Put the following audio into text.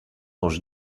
ange